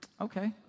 okay